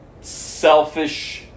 selfish